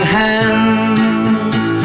hands